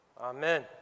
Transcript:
Amen